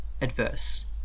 adverse